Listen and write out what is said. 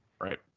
Right